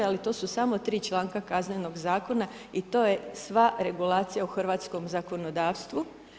Ali to su samo tri članka Kaznenog zakona i to je sva regulacija u hrvatskom zakonodavstvu.